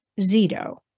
Zito